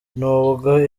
nubwo